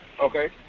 Okay